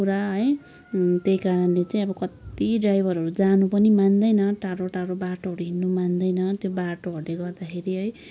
पुरा है त्यही कारणले चाहिँ कति ड्राइभरहरू जानु पनि मान्दैन टाडो टाडो बाटोहरू हिँड्नु मान्दैन त्यो बाटोहरूले गर्दाखेरि है